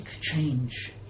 change